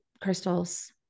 crystals